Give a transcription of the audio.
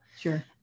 sure